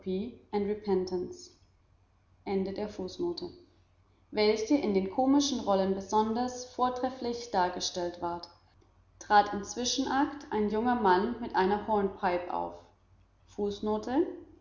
welche in den komischen rollen besonders vortrefflich dargestellt ward trat im zwischenakt ein junger mann mit einem hornpipe auf